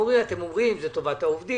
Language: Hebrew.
אנחנו אומרים: אתם אומרים זה טובת העובדים,